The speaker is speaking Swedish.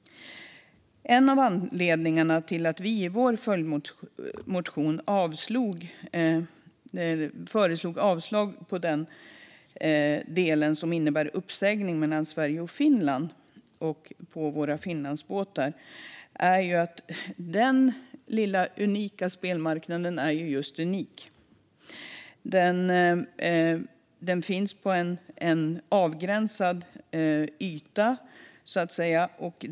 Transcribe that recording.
En av anledningarna till att vi i vår följdmotion föreslog avslag på den del som innebär uppsägning mellan Sverige och Finland och våra Finlandsbåtar är att denna lilla spelmarknad är unik. Den finns på en avgränsad yta.